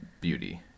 beauty